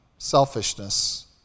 Selfishness